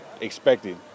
expected